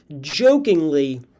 jokingly